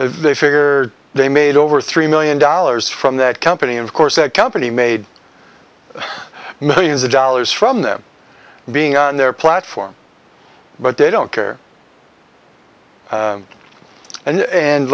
they figure they made over three million dollars from that company of course that company made millions of dollars from them being on their platform but they don't care and and